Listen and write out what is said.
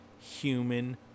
human